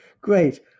Great